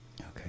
Okay